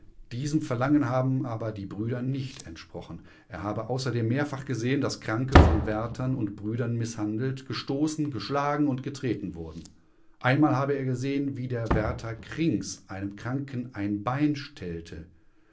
diesem verlangen haben aber die brüder nicht entsprochen er habe außerdem mehrfach gesehen daß kranke von wärtern und brüdern mißhandelt gestoßen geschlagen und getreten wurden einmal habe er gesehen wie der wärter krings einem kranken ein bein stellte